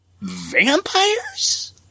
Vampires